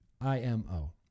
imo